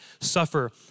suffer